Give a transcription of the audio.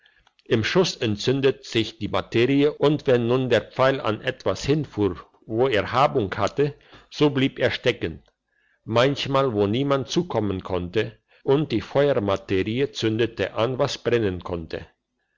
im schuss entzündet sich die materie und wenn nun der pfeil an etwas hinfuhr wo er habung hatte so blieb er stecken manchmal wo niemand zukommen konnte und die feuermaterie zündete an was brennen konnte